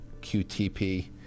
qtp